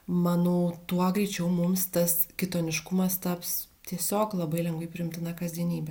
manau tuo greičiau mums tas kitoniškumas taps tiesiog labai lengvai priimtina kasdienybe